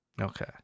okay